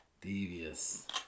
devious